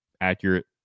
accurate